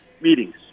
meetings